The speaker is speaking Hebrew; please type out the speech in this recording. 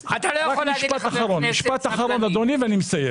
משפט אחרון, אדוני, ואני מסיים.